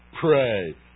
pray